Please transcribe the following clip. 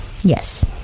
Yes